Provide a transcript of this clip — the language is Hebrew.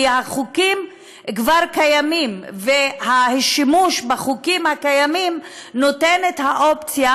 כי החוקים כבר קיימים והשימוש בחוקים הקיימים נותן את האופציה